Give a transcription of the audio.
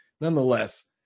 nonetheless